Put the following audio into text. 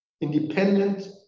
independent